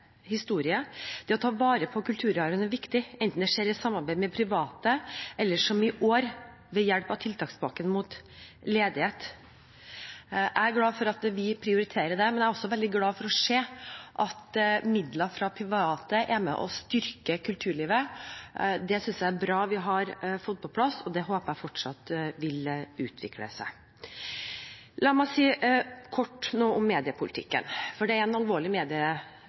Å ta vare på kulturarven er viktig, enten det skjer i samarbeid med private eller som i år, ved hjelp av tiltakspakken mot økt ledighet. Jeg er glad for at vi prioriterer det, men jeg er også veldig glad for å se at midler fra private er med på å styrke kulturlivet. Det synes jeg er bra at vi har fått på plass, og jeg håper at det vil fortsette å utvikle seg. La meg kort si noe om mediepolitikken, for det er en alvorlig